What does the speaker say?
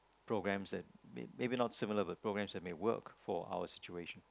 programmes that ma~ maybe not similar but programmes that may work for our situation